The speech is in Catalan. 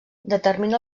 determina